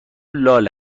لال